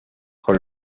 con